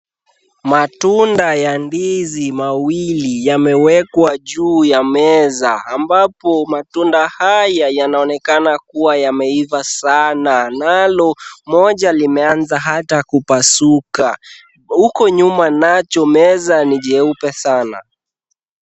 Matunda ya ndizi mawili yamewekwa juu ya meza ambapo matunda haya yanaonekana kuwa yameiva sana nalo moja limeanza hata kupasuka. Huko nyuma nacho meza ni jeupe sana.